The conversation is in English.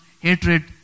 hatred